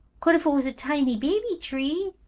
could if it was a tiny baby tree,